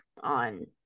on